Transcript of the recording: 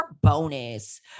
bonus